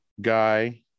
Guy